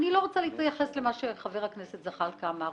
אני לא רוצה להתייחס למה שחבר הכנסת זחאלקה אמר.